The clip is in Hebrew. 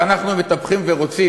ואנחנו מטפחים ורוצים,